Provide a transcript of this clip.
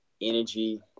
Energy